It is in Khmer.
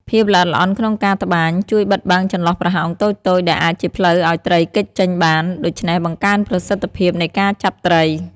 ភាពល្អិតល្អន់ក្នុងការត្បាញ ជួយបិទបាំងចន្លោះប្រហោងតូចៗ ដែលអាចជាផ្លូវឲ្យត្រីគេចចេញបាន ដូច្នេះបង្កើនប្រសិទ្ធភាពនៃការចាប់ត្រី។